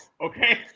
okay